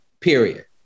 period